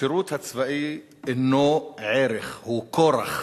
השירות הצבאי אינו ערך, הוא כורח.